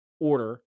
order